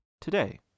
Today